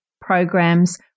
programs